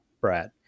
Brad